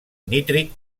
nítric